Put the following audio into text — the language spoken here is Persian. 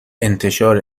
انتشار